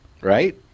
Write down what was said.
Right